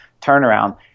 turnaround